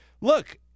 look